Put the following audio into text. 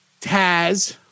Taz